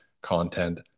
content